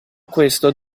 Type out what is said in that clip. questo